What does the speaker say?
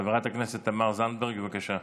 חברת הכנסת תמר זנדברג, בבקשה.